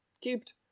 cubed